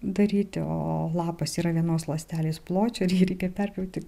daryti o lapas yra vienos ląstelės pločio ir jį reikia perpjauti